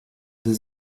the